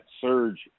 surge